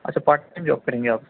اچھا part time job کریں گے آپ